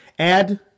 Add